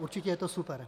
Určitě je to super.